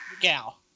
gal